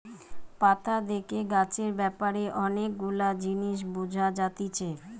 পাতা দেখে গাছের ব্যাপারে অনেক গুলা জিনিস বুঝা যাতিছে